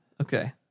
Okay